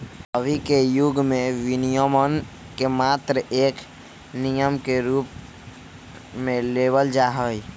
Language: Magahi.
अभी के युग में विनियमन के मात्र एक नियम के रूप में लेवल जाहई